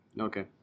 Okay